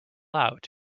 out